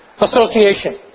Association